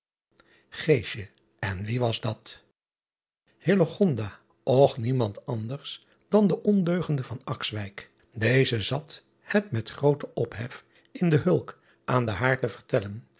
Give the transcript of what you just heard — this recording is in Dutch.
n wie was dat ch niemand anders dan de ondeugende eze zat het met grooten ophef in de ulk aan den haard te vertellen